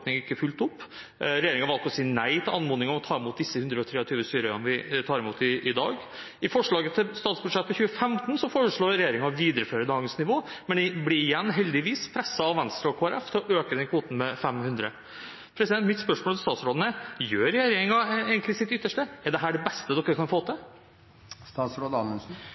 vår oppfatning ikke fulgt opp. Regjeringen valgte å si nei til anmodningen om å ta imot disse 123 syrerne vi tar imot i dag. I forslaget til statsbudsjett for 2015 foreslår regjeringen å videreføre dagens nivå, men blir igjen – heldigvis – presset av Venstre og Kristelig Folkeparti til å øke den kvoten med 500. Mitt spørsmål til statsråden er: Gjør regjeringen egentlig sitt ytterste? Er dette det beste dere kan få til?